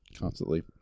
constantly